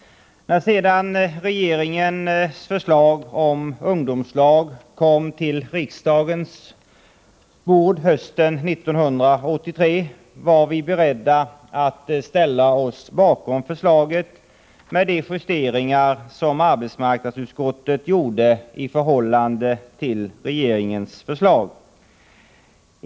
När sedan regeringens förslag om ungdomslag kom på riksdagens bord hösten 1983, var vi beredda att ställa oss bakom förslaget, med de justeringar som arbetsmarknadsutskottet gjorde i förhållande till regeringens förslag.